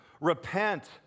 repent